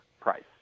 price